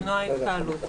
למנוע התקהלות,